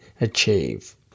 achieve